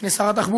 בפני שר התחבורה,